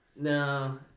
no